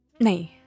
No